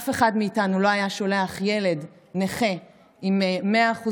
אף אחד מאיתנו לא היה שולח ילד נכה עם 100%